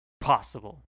Possible